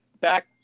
back